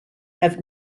have